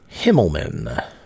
Himmelman